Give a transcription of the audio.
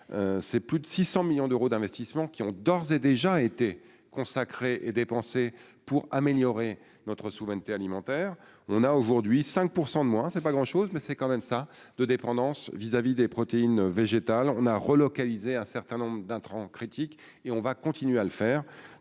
c'est plus de 600 millions d'euros d'investissement qui ont d'ores et déjà été consacré et dépensés pour améliorer notre souveraineté alimentaire, on a aujourd'hui 5 % de moins, c'est pas grand chose mais c'est quand même ça de dépendance vis-à-vis des protéines végétales, on a relocaliser un certain nombre d'intrants critique et on va continuer à le faire